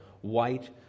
white